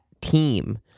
team